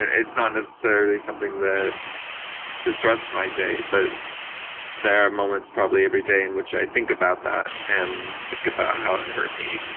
it's not necessarily something that disrupts my day, but there are moments probably every day in which i think about that and think about how it hurt me.